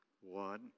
One